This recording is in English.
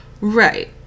Right